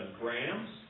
grams